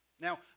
Now